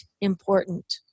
important